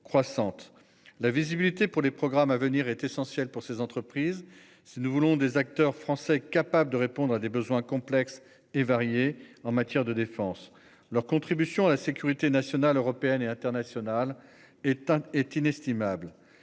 la visibilité pour les programmes à venir est essentiel pour ces entreprises. Si nous voulons des acteurs français capable de répondre à des besoins complexes et variées en matière de défense, leur contribution à la sécurité nationale, européenne et internationale est un est inestimable.